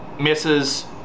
misses